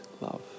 love